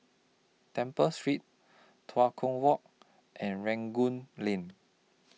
Temple Street Tua Kong Walk and Rangoon Lane